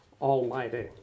Almighty